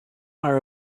are